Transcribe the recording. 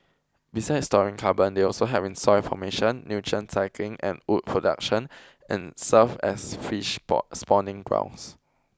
besides storing carbon they also help in soil formation nutrient cycling and wood production and serve as fish spawning grounds